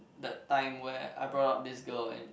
that time where I brought out this girl and